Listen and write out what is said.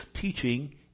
teaching